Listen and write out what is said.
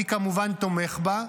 אני כמובן תומך בה.